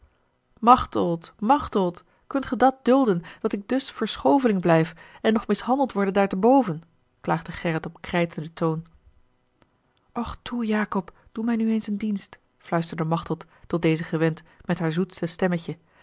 machteld machteld kunt ge dat dulden dat ik dus verschoveling blijf en nog mishandeld worde daarteboven klaagde gerrit op krijtenden toon och toe jacob doe mij nu eens een dienst fluisterde machteld tot dezen gewend met haar zoetste stemmetje